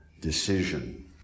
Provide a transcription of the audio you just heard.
decision